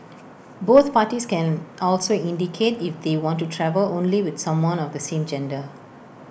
both parties can also indicate if they want to travel only with someone of the same gender